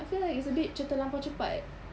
I feel like it's a bit macam terlampau cepat